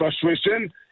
frustration